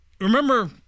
Remember